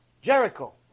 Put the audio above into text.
Jericho